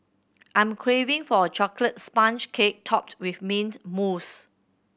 I'm craving for a chocolate sponge cake topped with mint mousse